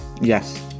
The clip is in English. yes